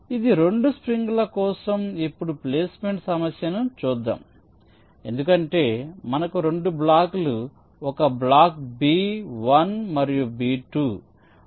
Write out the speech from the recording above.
ఇది రెండు స్ప్రింగ్ల కోసం ఇప్పుడు ప్లేస్మెంట్ సమస్యను చూద్దాం ఎందుకంటే మనకు రెండు బ్లాక్లు ఒక బ్లాక్ బి 1 మరియు బ్లాక్ బి 2 మరొక బ్లాక్ బి 3